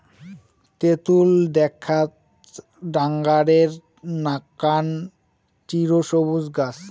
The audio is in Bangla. তেতুল দ্যাখ্যাত ডাঙরের নাকান চিরসবুজ গছ